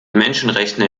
menschenrechte